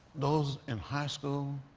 those in high school,